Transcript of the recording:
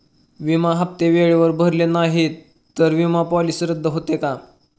विमा हप्ते वेळेवर भरले नाहीत, तर विमा पॉलिसी रद्द होते का?